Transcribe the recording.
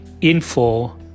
info